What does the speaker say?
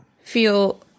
feel